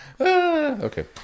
Okay